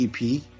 EP